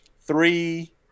three